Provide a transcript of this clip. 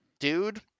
Dude